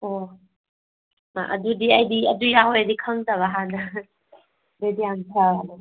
ꯑꯣ ꯑꯗꯨꯗꯤ ꯑꯩꯗꯤ ꯑꯗꯨ ꯌꯥꯎꯑꯦꯗꯤ ꯈꯪꯗꯕ ꯍꯥꯟꯅ ꯑꯗꯨꯗꯤ ꯌꯥꯝ ꯐꯔꯦ